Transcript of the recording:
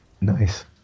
Nice